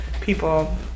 people